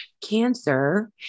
Cancer